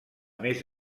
més